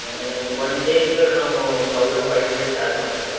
one ಡೇಗೆ sir ನಾವು thousand five hundred charge ಮಾಡ್ತೀವಿ ಸರ್